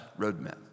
roadmap